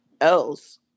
else